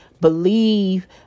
Believe